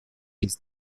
his